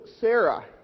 Sarah